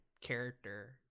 character